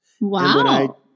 wow